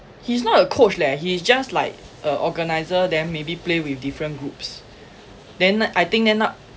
he's not a coach leh he's just like a organiser then maybe play with different groups then I think end up